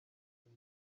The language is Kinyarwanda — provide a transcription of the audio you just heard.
king